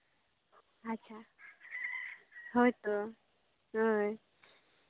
ᱟᱪᱪᱷᱟ ᱦᱳᱭ ᱛᱚ ᱦᱳᱭ